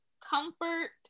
comfort